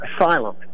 asylum